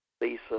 Lisa